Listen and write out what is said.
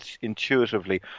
intuitively